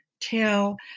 tell